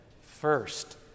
first